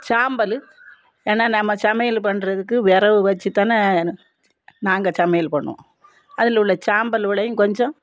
சாம்பல் ஏனால் நாம் சமையல் பண்ணுறதுக்கு வெறகு வெச்சு தான நாங்கள் சமையல் பண்ணுவோம் அதில் உள்ள சாம்பலுலையும் கொஞ்சம்